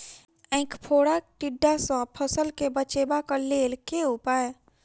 ऐंख फोड़ा टिड्डा सँ फसल केँ बचेबाक लेल केँ उपाय?